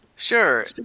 Sure